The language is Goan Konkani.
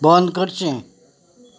बंद करचें